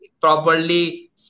properly